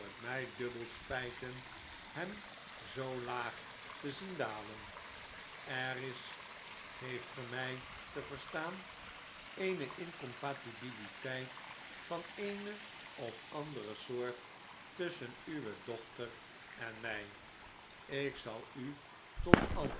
mij dubbel spijten hem zoo laag te zien dalen er is geeft ge mij te verstaan eene incompatibiliteit van eene of andere soort tusschen uwe dochter en mij ik zal u